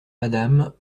madame